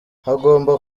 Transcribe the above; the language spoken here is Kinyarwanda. hagomba